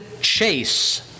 chase